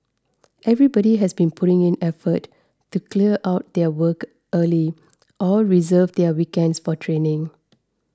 everybody has been putting in effort to clear out their work early or reserve their weekends for training